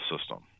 system